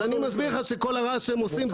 אני מסביר לך שכל הרעש שהם עושים זה סביב זה.